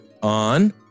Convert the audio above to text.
On